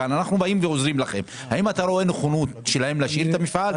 האם אתה רואה נכונות שלהם להשאיר את המפעל,